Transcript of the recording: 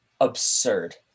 absurd